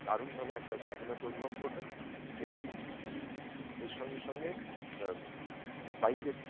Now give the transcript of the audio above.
দারুণভাবে একটা স্বাধীনতা অনুভব করবেন এবং এর সঙ্গে সঙ্গে বাইকের